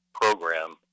Program